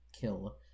kill